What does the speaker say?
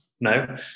no